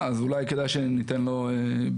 כדאי שניתן לו,